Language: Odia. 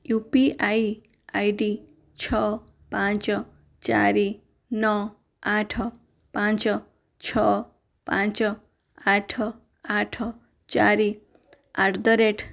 ୟୁ ପି ଆଇ ଆଇଡ଼ି ଛଅ ପାଞ୍ଚ ଚାରି ନଅ ଆଠ ପାଞ୍ଚ ଛଅ ପାଞ୍ଚ ଆଠ ଆଠ ଚାରି ଆଟ୍ ଦ ରେଟ୍